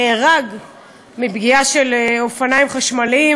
נהרג מפגיעה של אופניים חשמליים,